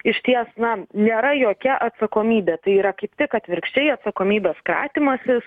išties na nėra jokia atsakomybė tai yra kaip tik atvirkščiai atsakomybės kratymasis